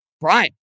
Brian